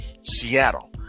seattle